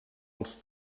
als